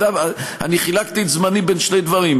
אני חילקתי את זמני בין שני דברים,